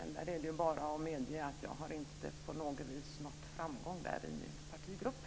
Jag kan bara medge att jag inte på något vis har nått framgång därvidlag i min partigrupp.